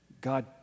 God